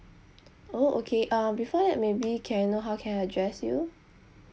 oh okay uh before that maybe can I know how can I address you